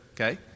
Okay